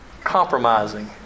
compromising